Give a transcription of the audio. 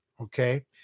Okay